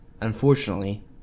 unfortunately